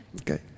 Okay